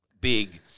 big